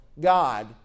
God